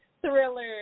thriller